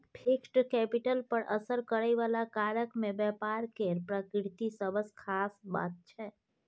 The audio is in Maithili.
फिक्स्ड कैपिटल पर असर करइ बला कारक मे व्यापार केर प्रकृति सबसँ खास बात छै